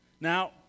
Now